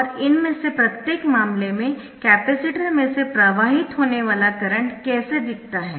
और इनमें से प्रत्येक मामले में कपैसिटर में से प्रवाहित होने वाला करंट कैसे दिखता है